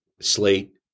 slate